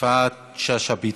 יפעת שאשא ביטון.